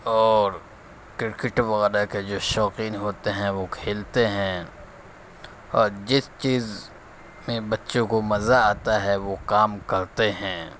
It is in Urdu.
اور کرکٹ وغیرہ کے جو شوقین ہوتے ہیں وہ کھیلتے ہیں اور جس چیز میں بچے کو مزہ آتا ہے وہ کام کرتے ہیں